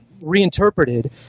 reinterpreted